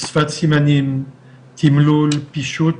שפת סימנים, תמלול, פישוט,